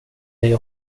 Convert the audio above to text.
dig